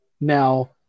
Now